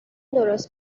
درست